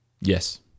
Yes